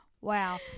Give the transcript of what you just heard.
Wow